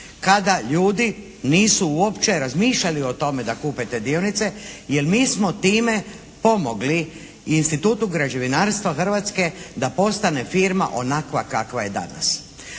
kada ljudi nisu uopće razmišljali o tome da kupe te dionice, jer mi smo time pomogli Institutu građevinarstva Hrvatske da postane firma onakva kakva je danas.